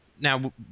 Now